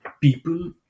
people